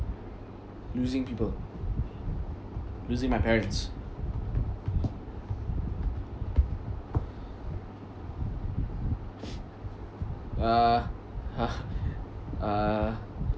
losing people losing my parents uh ha uh